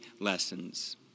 lessons